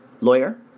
Lawyer